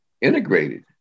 integrated